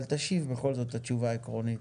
בכל זאת תשיב תשובה עקרונית.